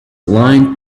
aligned